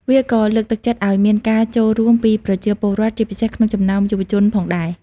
វាក៏លើកទឹកចិត្តឱ្យមានការចូលរួមពីប្រជាពលរដ្ឋ ជាពិសេសក្នុងចំណោមយុវជនផងដែរ។